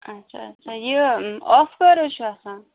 اچھا اچھا یہِ اوف کَر حظ چھُ آسان